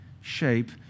shape